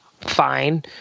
fine